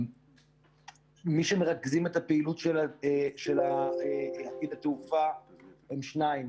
מי שמרכזים את הפעילות של עתיד התעופה הם שניים